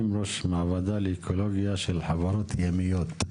ראש המעבדה לאקולוגיה של חברות ימיות.